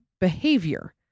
behavior